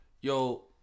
Yo